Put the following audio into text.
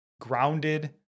grounded